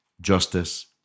justice